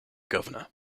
governor